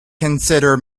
consider